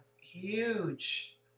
huge